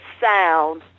sound